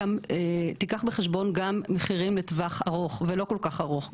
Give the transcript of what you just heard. שתיקח בחשבון גם מחירים לטווח ארוך ולא כל כך ארוך,